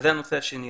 זה הנושא השני.